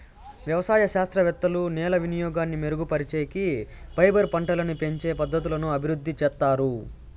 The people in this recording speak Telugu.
వ్యవసాయ శాస్త్రవేత్తలు నేల వినియోగాన్ని మెరుగుపరిచేకి, ఫైబర్ పంటలని పెంచే పద్ధతులను అభివృద్ధి చేత్తారు